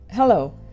Hello